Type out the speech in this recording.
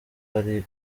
ari